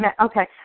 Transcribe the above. Okay